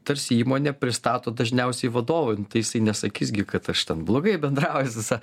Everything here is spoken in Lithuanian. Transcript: tarsi įmonę pristato dažniausiai vadovo nu tai jisai nesakys gi kad aš ten blogai bendrauju su sa